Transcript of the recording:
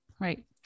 right